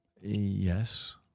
Yes